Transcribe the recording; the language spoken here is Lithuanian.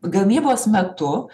gamybos metu